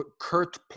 Kurt